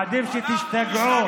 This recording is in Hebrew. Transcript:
עדיף שתשתגעו.